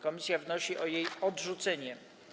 Komisja wnosi o jej odrzucenie.